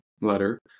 letter